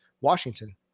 Washington